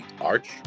arch